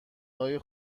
های